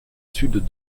sud